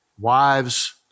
wives